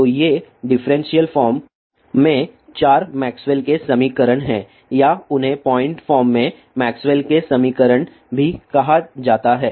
तो ये differential form में 4 मैक्सवेल के समीकरण maxwell's equation हैं या उन्हें पॉइंट फॉर्म में मैक्सवेल के समीकरण maxwell's equation भी कहा जाता है